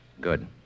Good